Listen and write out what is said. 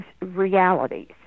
realities